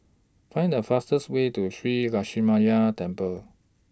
Find The fastest Way to Shree Lakshminarayanan Temple